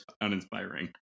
uninspiring